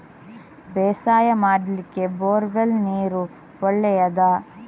ಬೇಸಾಯ ಮಾಡ್ಲಿಕ್ಕೆ bore well ನೀರು ಒಳ್ಳೆಯದಾ?